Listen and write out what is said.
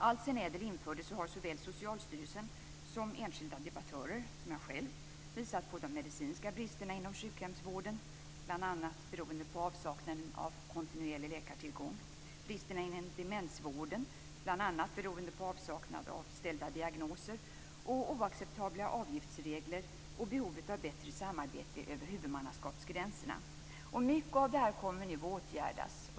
Alltsedan ädel infördes har såväl Socialstyrelsen som enskilda debattörer som jag själv visat på de medicinska bristerna inom sjukhemsvården, bl.a. beroende på avsaknaden av kontinuerlig läkartillgång, bristerna i demensvården, bl.a. beroende på avsaknaden av ställda diagnoser, oacceptabla avgiftsregler och behovet av bättre samarbete över huvudmannaskapsgränserna. Mycket av detta kommer nu att åtgärdas.